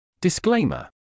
Disclaimer